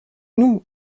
nous